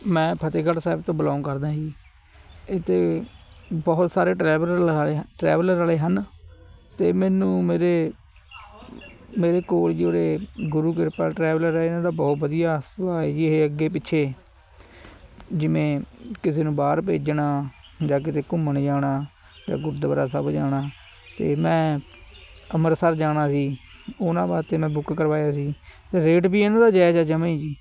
ਮੈਂ ਫਤਿਹਗੜ੍ਹ ਸਾਹਿਬ ਤੋਂ ਬਿਲੋਂਗ ਕਰਦਾ ਜੀ ਇਹ ਅਤੇ ਬਹੁਤ ਸਾਰੇ ਟਰੈਵਲਰ ਟਰੈਵਲਰ ਵਾਲੇ ਹਨ ਅਤੇ ਮੈਨੂੰ ਮੇਰੇ ਮੇਰੇ ਕੋਲ ਜਿਹੜੇ ਗੁਰੂ ਕਿਰਪਾ ਟਰੈਵਲਰ ਹੈ ਇਹਨਾਂ ਦਾ ਬਹੁਤ ਵਧੀਆ ਸੁਭਾਅ ਏ ਜੀ ਇਹ ਅੱਗੇ ਪਿੱਛੇ ਜਿਵੇਂ ਕਿਸੇ ਨੂੰ ਬਾਹਰ ਭੇਜਣਾ ਜਾ ਕਿਤੇ ਘੁੰਮਣ ਜਾਣਾ ਜਾਂ ਗੁਰਦੁਆਰਾ ਸਾਹਿਬ ਜਾਣਾ ਅਤੇ ਮੈਂ ਅੰਮ੍ਰਿਤਸਰ ਜਾਣਾ ਸੀ ਉਹਨਾਂ ਵਾਸਤੇ ਮੈਂ ਬੁੱਕ ਕਰਵਾਇਆ ਸੀ ਅਤੇ ਰੇਟ ਵੀ ਇਹਨਾਂ ਦਾ ਜਾਇਜ਼ਾ ਜਮਾਂ ਹੀ ਜੀ